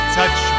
touch